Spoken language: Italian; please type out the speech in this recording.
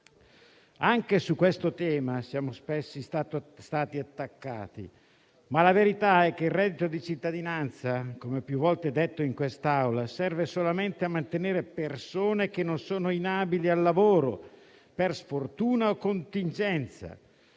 Anche su questo tema siamo spesso stati attaccati, ma la verità è che il reddito di cittadinanza, come più volte detto in quest'Aula, serve solamente a mantenere persone che non sono inabili al lavoro per sfortuna o contingenza.